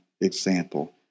example